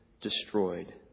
destroyed